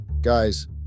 Guys